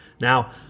Now